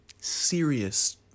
serious